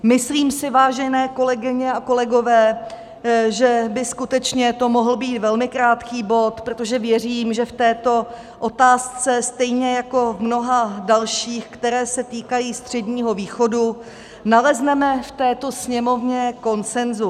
Myslím si, vážené kolegyně a kolegové, že by skutečně to mohl být velmi krátký bod, protože věřím, že v této otázce stejně jako v mnoha dalších, které se týkají Středního východu, nalezneme v této Sněmovně konsenzus.